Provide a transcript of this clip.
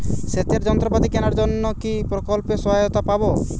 সেচের যন্ত্রপাতি কেনার জন্য কি প্রকল্পে সহায়তা পাব?